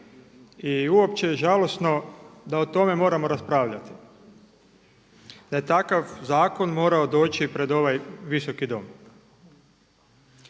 i uopće žalosno da o tome moramo raspravljati, da je takav zakon morao doći pred ovaj Visoki dom.